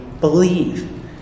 believe